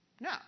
No